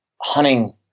hunting